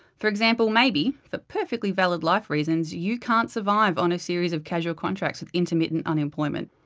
for example, maybe, for perfectly valid life reasons, you can't survive on a series of casual contracts with intermittent unemployment.